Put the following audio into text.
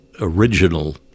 original